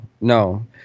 no